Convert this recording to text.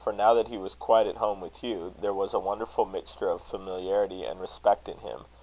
for now that he was quite at home with hugh, there was a wonderful mixture of familiarity and respect in him,